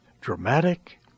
dramatic